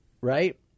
right